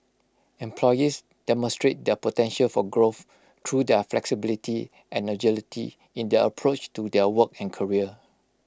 employees demonstrate their potential for growth through the flexibility and agility in their approach to their work and career